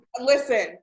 Listen